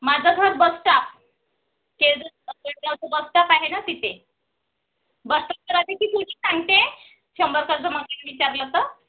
माझं घर bus stop केडझरचं बस स्टाप आहे ना तिथे बस स्टाप तर आता ती पूर्ण सांगते शंभरकर मला विचारलं तर